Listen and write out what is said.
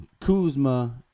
Kuzma